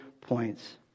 points